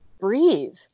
breathe